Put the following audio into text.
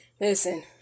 Listen